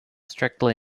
strictly